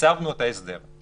עיצבנו את ההסדר.